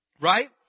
Right